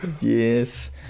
Yes